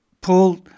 Paul